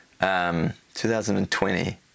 2020